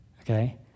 Okay